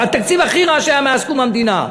התקציב הכי רע שהיה מאז קום המדינה,